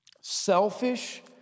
Selfish